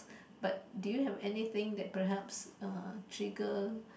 but do you have anything that perhaps err trigger